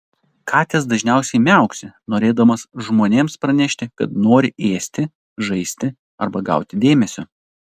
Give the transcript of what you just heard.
katės dažniausiai miauksi norėdamos žmonėms pranešti kad nori ėsti žaisti arba gauti dėmesio